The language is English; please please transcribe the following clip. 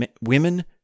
women